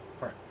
right